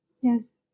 Yes